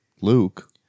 Luke